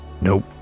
Nope